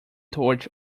torch